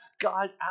God